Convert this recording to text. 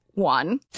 One